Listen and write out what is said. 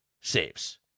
saves